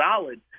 solid